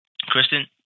Kristen